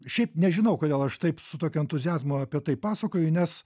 šiaip nežinau kodėl aš taip su tokiu entuziazmu apie tai pasakoju nes